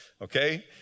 Okay